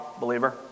believer